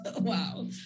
Wow